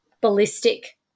ballistic